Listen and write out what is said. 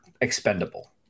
expendable